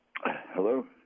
Hello